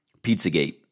Pizzagate